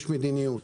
יש מדיניות,